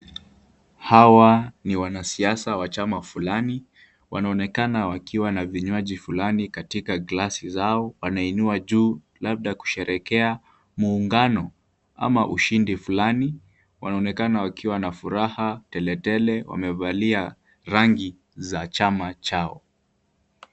Hawa ni wanasiasa wa chama fulani. Wanaonekana wakiwa na vinywaji fulani katika glasi zao. Wanainua juu, labda kusherehekea muungano ama ushindi fulani. Wanaonekana wakiwa na furaha teletele. Wamevalia rangi za chama chao.